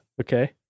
okay